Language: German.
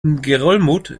ngerulmud